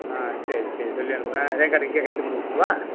ஆ சரி சரி சரி சொல்லி அனுப்புங்கள் ரேங்க் கார்டு இங்கேயே கையெழுத்து போட்டு கொடுத்துடவா